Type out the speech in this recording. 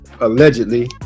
allegedly